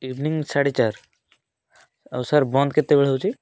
evening ସାଢ଼େ ଚାର ଆଉ ସାର୍ ବନ୍ଦ କେତେବେଳେ ହଉଛି